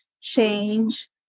change